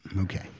Okay